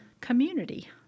community